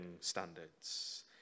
standards